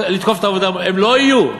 הם לא יהיו.